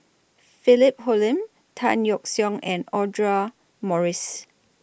Philip Hoalim Tan Yeok Seong and Audra Morrice